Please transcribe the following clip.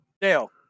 Dale